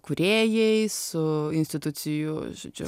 kūrėjais su institucijų žodžiu